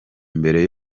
mbere